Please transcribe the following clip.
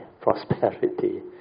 prosperity